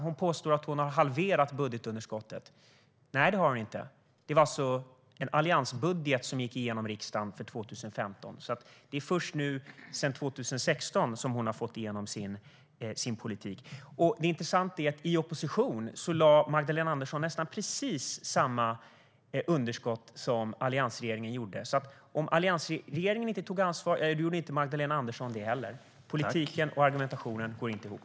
Hon påstår att hon har halverat budgetunderskottet. Nej, det har hon inte! Det var en alliansbudget som gick igenom riksdagen för 2015, så det är först sedan 2016 som hon har fått igenom sin politik. Det är intressant att Magdalena Andersson i opposition lade fram nästan precis samma underskott som alliansregeringen gjorde. Med andra ord: Om inte alliansregeringen tog ansvar gjorde inte Magdalena Andersson heller det. Politiken och argumentationen går inte ihop.